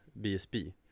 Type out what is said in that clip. BSB